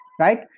right